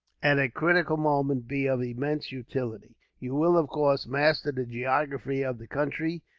at a critical moment, be of immense utility. you will, of course, master the geography of the country,